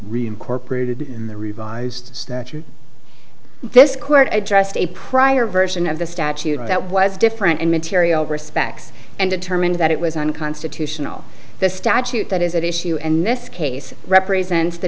reincorporated in the revised statute this court addressed a prior version of the statute that was different and material respects and determined that it was unconstitutional the statute that is at issue and this case represents the